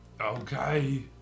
Okay